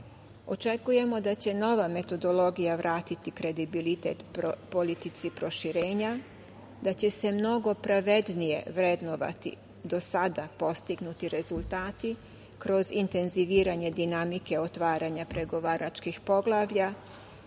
da će nova metodologija vratiti kredibilitet politici proširenja, da će se mnogo pravednije vrednovati do sada postignuti rezultati kroz inteziviranje dinamike otvaranja pregovaračkih poglavlja,